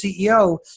CEO